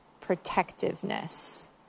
protectiveness